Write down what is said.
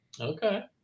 Okay